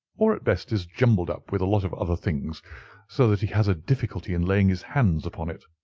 or at best is jumbled up with a lot of other things so that he has a difficulty in laying his hands upon it.